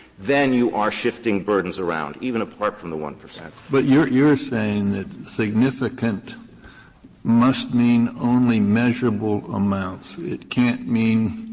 then you are shifting burdens around, even apart from the one percent. kennedy but you're you're saying that significant must mean only measurable amounts. it can't mean